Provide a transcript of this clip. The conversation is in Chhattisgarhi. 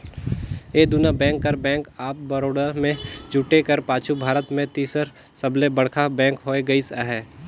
ए दुना बेंक कर बेंक ऑफ बड़ौदा में जुटे कर पाछू भारत में तीसर सबले बड़खा बेंक होए गइस अहे